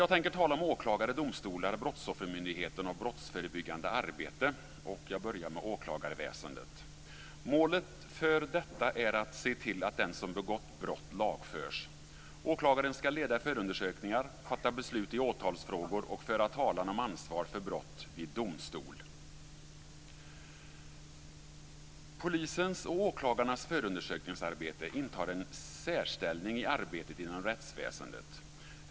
Jag tänker tala om åklagare, domstolar, brottsoffermyndigheten och brottsförebyggande arbete. Jag börjar med åklagarväsendet. Målet för detta är att se till att den som begått brott lagförs. Åklagaren ska leda förundersökningar, fatta beslut i åtalsfrågor och föra talan om ansvar för brott vid domstol. Polisens och åklagarnas förundersökningsarbete intar en särställning i arbetet inom rättsväsendet.